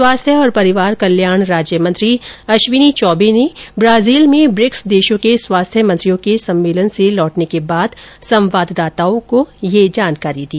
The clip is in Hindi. स्वास्थ्य और परिवार कल्याण राज्य मंत्री अशिवनी चौबे ने ब्राजील में ब्रिक्स देशों के स्वा्स्थ्य मंत्रियों के सम्मेलन से लौटने के बाद संवाददाताओं को यह जानकारी दी